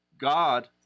God